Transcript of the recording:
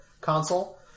console